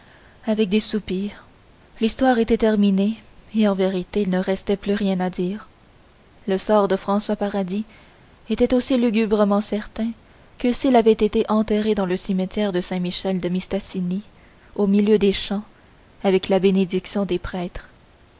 avec des soupirs l'histoire était terminée et en vérité il ne restait plus rien à dire le sort de françois paradis était aussi lugubrement certain que s'il avait été enterré dans le cimetière de saint michel de mistassini au milieu des chants avec la bénédiction des prêtres